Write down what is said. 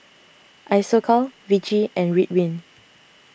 Isocal Vichy and Ridwind